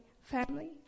family